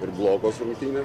ir blogos rungtynė